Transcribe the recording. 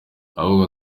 ahubwo